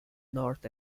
north